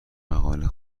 مقاله